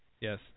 Yes